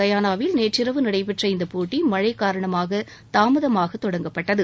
கயானாவில் நேற்றிரவு நடைபெற்ற இந்த போட்டி மழை காரணமாக தாமதமாக தொடங்கப்பட்டது